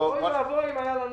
אוי ואבוי אם היתה לנו